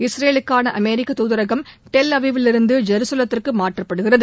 இஸ்ரேலுக்கான அமெரிக்க தூதரகம் Tel Aviv லிவிருந்து ஜெருசலத்திற்கு மாற்றப்படுகிறது